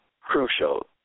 crucial